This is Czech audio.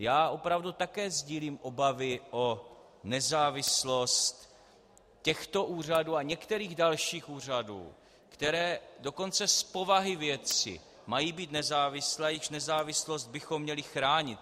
Já opravdu také sdílím obavy o nezávislost těchto úřadů a některých dalších úřadů, které dokonce z povahy věci mají být nezávislé a jejichž nezávislost bychom měli chránit.